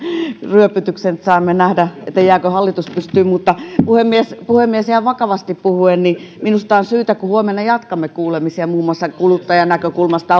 ryöpytyksen saamme nähdä jääkö hallitus pystyyn puhemies puhemies ihan vakavasti puhuen minusta on syytä kun huomenna jatkamme kuulemisia muun muassa kuluttajan näkökulmasta